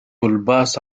الباص